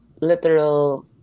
literal